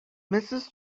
mrs